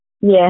Yes